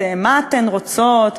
מה אתן רוצות,